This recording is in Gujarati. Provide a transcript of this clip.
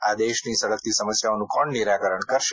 આ દેશની સળગતી સમસ્યાઓનું કોણ નીરાકરણ કરશે